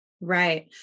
Right